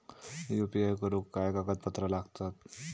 UPI करुक काय कागदपत्रा लागतत?